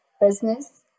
business